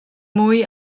mwy